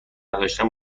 نداشتن